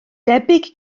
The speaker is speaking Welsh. debyg